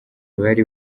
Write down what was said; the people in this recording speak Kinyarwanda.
bari